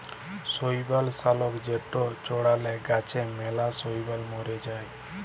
শৈবাল লাশক যেটা চ্ড়ালে গাছে ম্যালা শৈবাল ম্যরে যায়